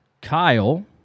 Kyle